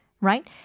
Right